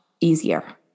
easier